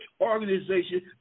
organization